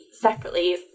separately